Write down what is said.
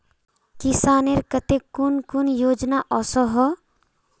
किसानेर केते कुन कुन योजना ओसोहो?